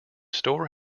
store